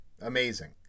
amazing